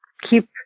keep